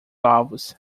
ovos